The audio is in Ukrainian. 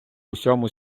усьому